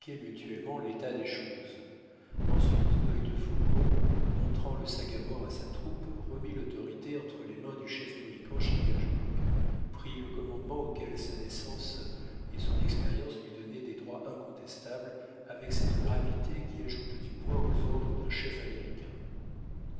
mutuellement l'état des choses ensuite œil de faucon montrant le sagamore à sa troupe remit l'autorité entre les mains du chef mohican chingachgook prit le commandement auquel sa naissance et son expérience lui donnaient des droits incontestables avec cette gravité qui ajoute du poids aux ordres d'un chef américain